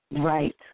Right